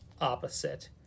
opposite